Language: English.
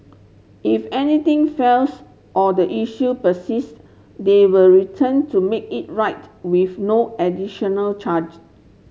if anything fails or the issue persist they were return to make it right with no additional charge